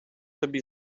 тобі